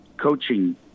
coaching